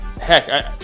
heck